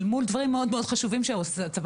אל מול דברים מאוד-מאוד חשובים שהצבא